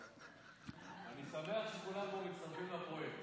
אני שמח שכולם כאן מצטרפים לפרויקט.